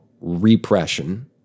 repression